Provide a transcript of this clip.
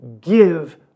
give